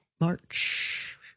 march